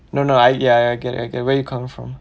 no no I ya ya I get I get where you're coming from